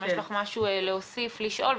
אם יש לך משהו להוסיף או לשאול,